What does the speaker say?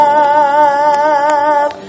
love